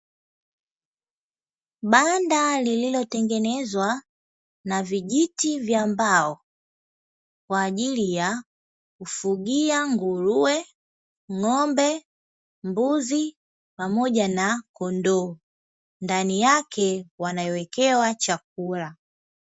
Banda lililotengenezwa na vijiti vya mbao kwa ajili ya kufugia nguruwe, ng`ombe, mbuzi pamoja na kondoo. Ndani yake wanawekewa chakula.